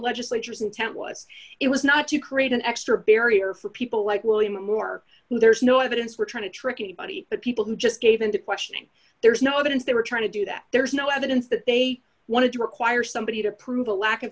legislature's intent was it was not to create an extra barrier for people like william or there's no evidence we're trying to tricky body but people who just gave in to questioning there is no evidence they were trying to do that there's no evidence that they wanted to require somebody to prove a lack of